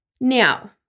Now